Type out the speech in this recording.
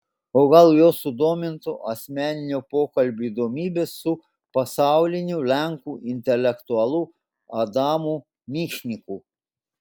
o gal juos sudomintų asmeninio pokalbio įdomybės su pasauliniu lenkų intelektualu adamu michniku